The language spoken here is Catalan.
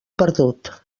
perdut